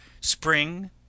Spring